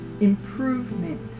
improvement